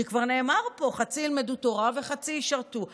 כי כבר נאמר פה שחצי ילמדו תורה, וחצי ישרתו.